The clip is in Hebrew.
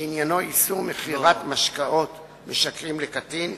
שעניינו איסור מכירת משקאות משכרים לקטין,